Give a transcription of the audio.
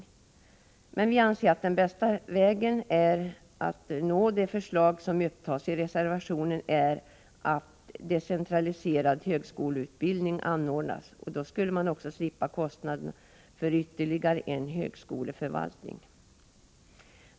Utskottsmajoriteten anser att den bästa vägen att genomföra de förslag som upptas i reservationen är att decentraliserad högskoleutbildning anordnas. Då skulle man också slippa kostnaderna för ytterligare en högskoleförvaltning.